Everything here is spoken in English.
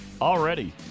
Already